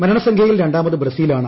മരണസംഖ്യയിൽ രണ്ടാമത് ബ്രസീലാണ്